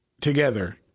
together